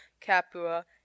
Capua